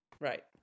Right